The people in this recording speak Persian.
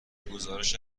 گزارش